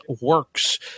works